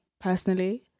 personally